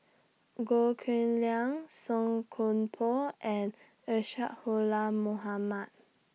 Goh Cheng Liang Song Koon Poh and Isadhora Mohamed